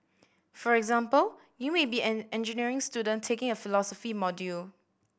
for example you may be an engineering student taking a philosophy module